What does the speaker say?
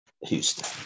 Houston